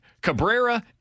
Cabrera